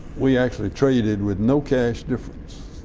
we actually traded with no cash difference.